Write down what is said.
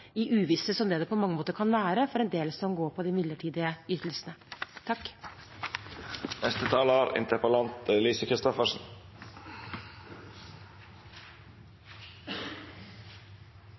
i uvisse, som det på mange måter kan være for en del som går på de midlertidige ytelsene.